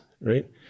right